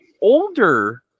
older